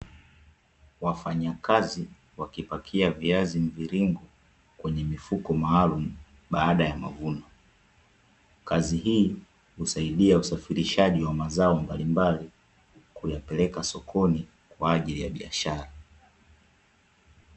Wafanyakazi wakipakia viazi mviringo kwenye mifuko maalumu baada ya mavuno. Kazi hii husaidia usafirishaji wa mazao mbalimbali, kuyapeleka sokoni kwa ajili ya biashara.